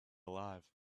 alive